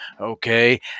okay